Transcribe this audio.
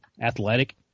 athletic